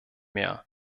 mehr